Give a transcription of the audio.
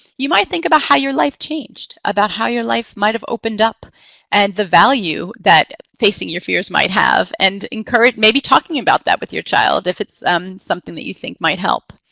you might think about how your life changed, about how your life might have opened up and the value that facing your fears might have and and maybe talking about that with your child if it's something that you think might help.